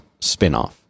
spinoff